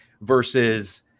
versus